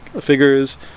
figures